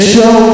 Show